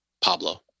Pablo